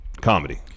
comedy